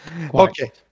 Okay